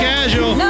Casual